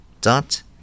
dot